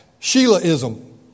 Sheilaism